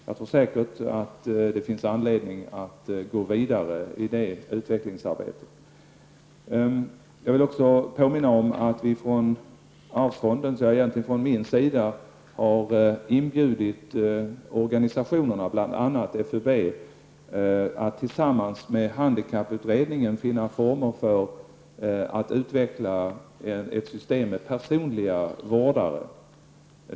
Det finns säkert anledning att gå vidare i det utvecklingsarbetet. Jag vill också påminna om att vi från arvsfondens, egentligen från min sida, har inbjudit organisationer, bl.a. RFUB, att tillsammans med handikapputredningen finna former för att utveckla ett system med personliga vårdare.